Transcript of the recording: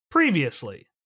previously